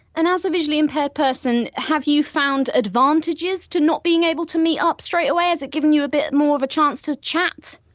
and as a visually impaired person have you found advantages to not being being able to meet up straightaway, has it given you a bit more of a chance to chat?